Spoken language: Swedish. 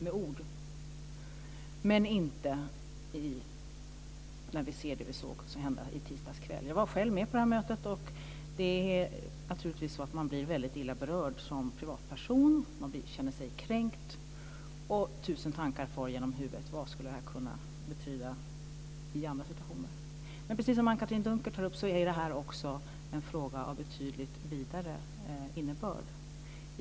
Men det gäller inte det vi såg hända i tisdags kväll. Jag var själv med på mötet. Man blir naturligtvis väldigt illa berörd som privatperson. Man känner sig kränkt, och tusen tankar far genom huvudet. Vad skulle det kunna betyda i andra situationer? Precis som Anne-Katrine Dunker tar upp är det också en fråga av betydligt vidare innebörd.